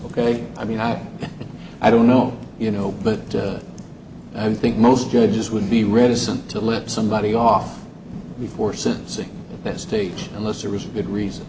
ok i mean i i don't know you know but i think most judges would be reticent to let somebody off before sentencing that state unless there is a good reason